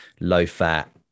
low-fat